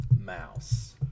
mouse